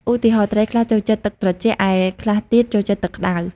ឧទាហរណ៍ ត្រីខ្លះចូលចិត្តទឹកត្រជាក់ ឯខ្លះទៀតចូលចិត្តទឹកក្តៅ។